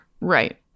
Right